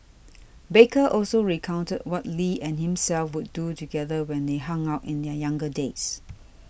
baker also recounted what Lee and himself would do together when they hung out in their younger years